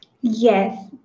Yes